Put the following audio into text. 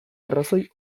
arrazoi